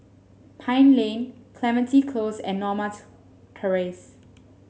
Pine Lane Clementi Close and Norma Terrace